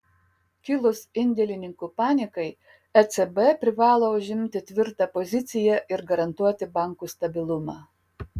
kilus indėlininkų panikai ecb privalo užimti tvirtą poziciją ir garantuoti bankų stabilumą